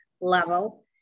level